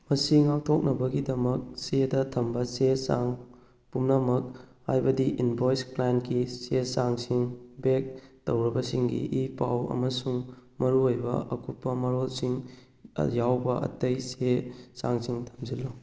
ꯃꯁꯤ ꯉꯥꯛꯊꯣꯛꯅꯕꯒꯤꯗꯃꯛ ꯆꯦꯗ ꯊꯝꯕ ꯆꯦ ꯆꯥꯡ ꯄꯨꯝꯅꯃꯛ ꯍꯥꯏꯕꯗꯤ ꯏꯟꯚꯣꯏꯁ ꯀ꯭ꯂꯥꯏꯟꯒꯤ ꯆꯦ ꯆꯥꯡꯁꯤꯡ ꯕꯦꯛ ꯇꯧꯔꯕꯁꯤꯡꯒꯤ ꯏ ꯄꯥꯎ ꯑꯃꯁꯨꯡ ꯃꯔꯨꯑꯣꯏꯕ ꯑꯀꯨꯞꯄ ꯃꯔꯣꯜꯁꯤꯡ ꯌꯥꯎꯕ ꯑꯇꯩ ꯆꯦ ꯆꯥꯡꯁꯤꯡ ꯊꯝꯖꯤꯜꯂꯨ